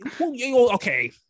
Okay